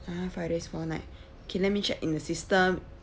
ah five days four nights okay let me check in the system